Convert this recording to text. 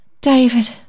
David